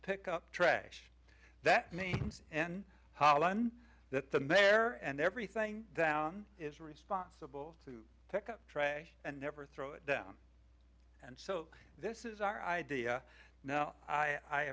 pick up trash that means an island that the mayor and everything is responsible to pick up trash and never throw it down and so this is our idea now i